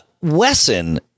Wesson